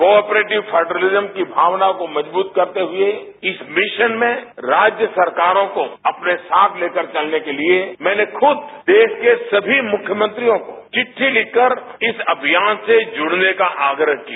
cooperative federalism की भावना को मजबूत करते हुए इस मिशन में राज्य सरकारों को अपने साथ लेकर चलने के लिए मैंने खुद देश के सभी मुख्यमंत्रियों को चिठ्ठी लिखकर इस अभियान से जुड़ने का आग्रह किया है